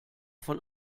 von